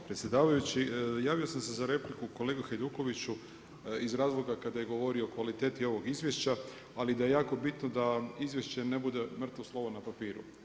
Predsjedavajući, javi sam se za repliku kolegi Hajdukoviću iz razloga kada je govorio o kvaliteti ovog izvješća ali da je jako bitno da izvješće ne bude mrtvo slovo na papiru.